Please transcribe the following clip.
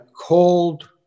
cold